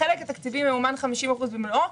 החלק התקציבי ממומן 50% במלואו,